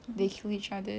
they kill each other